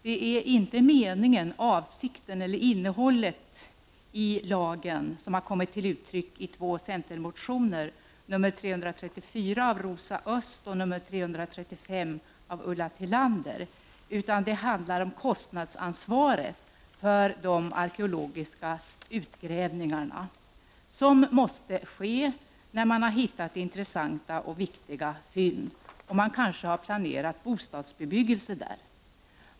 Det är inte meningen, avsikten eller innehållet i lagen som har kommit till uttryck i centermotionerna Kr334 av Rosa Östh och Kr335 av Ulla Tillander, utan där handlar det om kostnadsansvaret för de arkeologiska utgrävningar som måste ske när man har hittat intressanta och viktiga fynd på platser där man kanske har planerat bostadsbebyggelse.